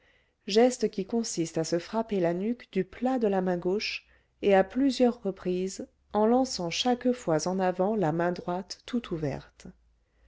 geste qui consiste à se frapper la nuque du plat de la main gauche et à plusieurs reprises en lançant chaque fois en avant la main droite tout ouverte